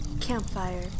Campfire